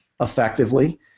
effectively